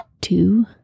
Two